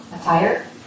attire